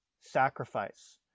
sacrifice